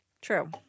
True